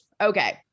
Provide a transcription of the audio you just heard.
Okay